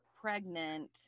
pregnant